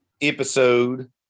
episode